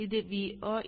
ഇത് Vo ആണ്